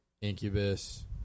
Incubus